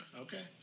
Okay